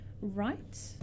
right